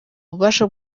ububasha